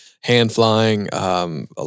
hand-flying